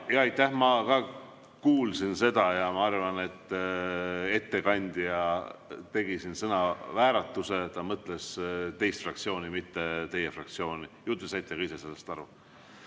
Ma ka kuulsin seda ja ma arvan, et ettekandja tegi siin sõnavääratuse. Ta mõtles teist fraktsiooni, mitte teie fraktsiooni. Ju te saite ka ise sellest aru.